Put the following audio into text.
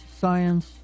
science